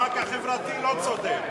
המאבק החברתי לא צודק.